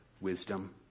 wisdom